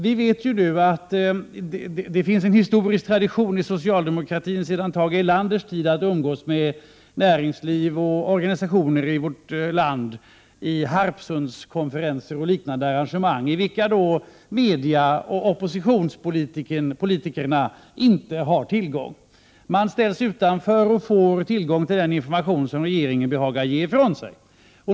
Vi vet att det finns en historisk tradition inom socialdemokratin sedan Tage Erlanders tid att umgås med vårt lands näringsliv och organisationer på Harpsundskonferenser och liknande arrangemang, till vilka media och oppositionspolitiker inte har tillträde. Man ställs utanför och får tillgång till den information som regeringen behagar ge ifrån sig.